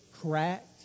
cracked